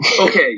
okay